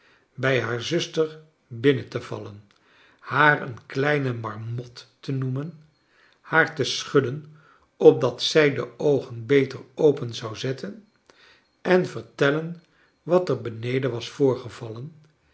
bij haar zuster binnen te vallen haar een kleine marmot te neemen haar te schudden opdat zij de oogen beter open zou zetten te vertellen wat er beneden was voorgevallen